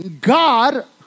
God